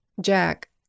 Jack